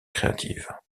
créative